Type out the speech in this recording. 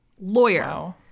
lawyer